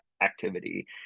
activity